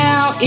Now